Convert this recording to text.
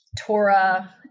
Torah